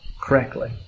correctly